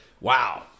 wow